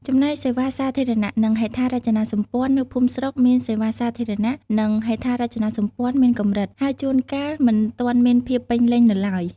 ចំណែក សេវាសាធារណៈ និងហេដ្ឋារចនាសម្ព័ន្ធ នៅភូមិស្រុកមាន សេវាសាធារណៈ និង ហេដ្ឋារចនាសម្ព័ន្ធ មានកម្រិត ហើយជួនកាលមិនទាន់មានភាពពេញលេញនៅឡើយ។